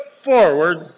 forward